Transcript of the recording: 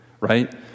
right